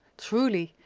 truly,